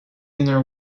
inner